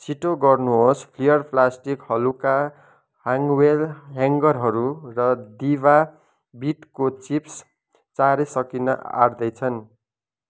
छिटो गर्नुहोस् फ्लेयर प्लास्टिक हलुका ह्याङ्गवेल ह्याङ्गरहरू र डिभा बिटको चिप्स चाँडै सकिन आँट्दैछन्